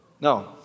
No